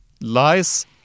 Lies